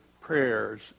prayers